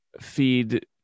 feed